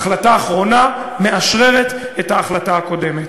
ההחלטה האחרונה מאשררת את ההחלטה הקודמת.